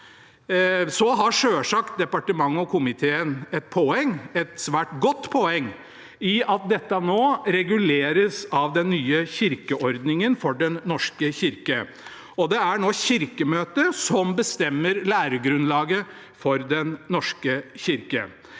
Så har selvsagt departementet og komiteen et poeng, et svært godt poeng, i at dette nå reguleres i den nye kirkeordningen for Den norske kirke. Nå er det Kirkemøtet som bestemmer læregrunnlaget for Den norske kirke.